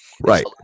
Right